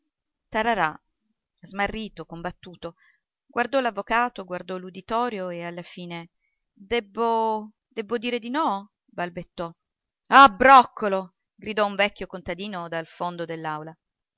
smarrito combattuto guardò l'avvocato guardò l'uditorio e alla fine debbo debbo dire di no balbettò ah broccolo gridò un vecchio contadino dal fondo